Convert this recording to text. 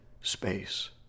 space